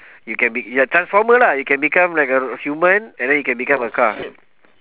you can be ya transformer lah you can become like a human and then you can become a car